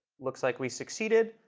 looks like we succeeded.